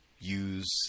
Use